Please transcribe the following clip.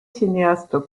cinéastes